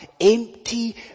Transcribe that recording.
empty